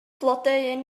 blodeuyn